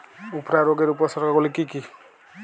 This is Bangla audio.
উফরা রোগের উপসর্গগুলি কি কি?